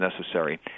necessary